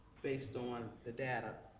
based on the data,